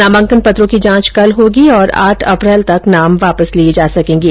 नामांकन पत्रों की जांच कल होगी और आठ अप्रैल तक नाम वापिस लिये जा सकेंगे